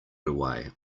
away